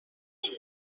like